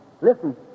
Listen